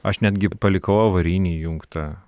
aš netgi palikau avarinį įjungtą